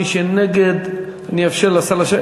מי שנגד, אני אאפשר לשר להשיב.